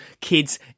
kids